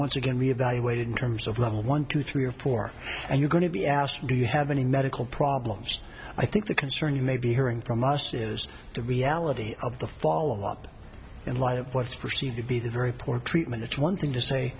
once again we evaluated in terms of level one two three or four and you're going to be asked do you have any medical problems i think the concern you may be hearing from us as the reality of the follow up in light of what's perceived to be the very poor treatment it's one thing to say